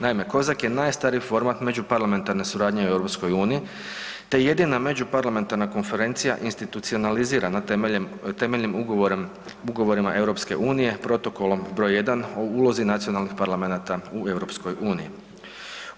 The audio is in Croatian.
Naime, Kozak je najstariji format međuparlamentarne suradnje u EU te jedina međuparlamentarna konferencija institucionalizirana temeljem, temeljem ugovorem, ugovorima EU-a, Protokolom br. 1. o ulozi nacionalnih parlamenata u EU-u.